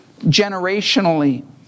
generationally